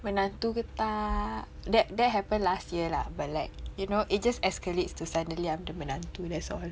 menantu ke tak that that happened last year lah but like you know it just escalates to suddenly I'm the menantu that's all